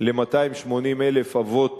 ל-280,000 אבות